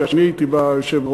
שאני הייתי בה יושב-ראש,